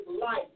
life